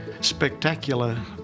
Spectacular